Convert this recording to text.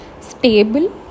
stable